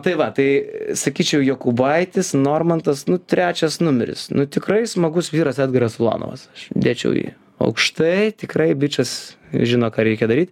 tai va tai sakyčiau jokūbaitis normantas nu trečias numeris nu tikrai smagus vyras edgaras ulanovas dėčiau jį aukštai tikrai bičas žino ką reikia daryt